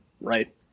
right